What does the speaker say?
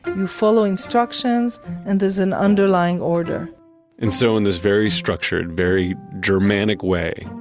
you follow instructions and there's an underlying order and so in this very structured, very germanic way,